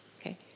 okay